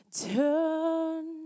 turn